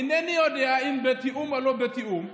אינני יודע אם בתיאום או לא בתיאום,